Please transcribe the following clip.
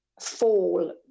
fall